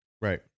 Right